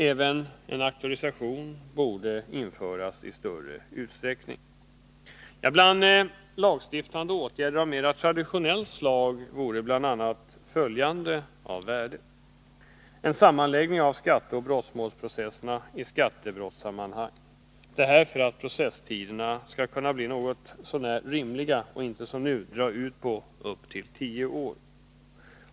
Även auktorisation borde införas i större utsträckning. Bland lagstiftande åtgärder av mer traditionellt slag vore bl.a. följande av värde: En sammanläggning av skatteoch brottmålsprocesserna i skattebrottssammanhang, detta för att processtiderna skall bli något så när rimliga och inte som nu kunna dras ut upp till tio år.